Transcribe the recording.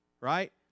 Right